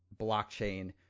blockchain